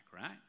right